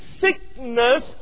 sickness